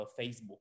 Facebook